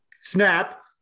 Snap